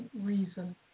reason